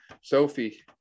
Sophie